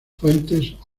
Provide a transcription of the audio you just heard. fuentes